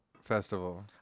festival